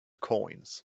coins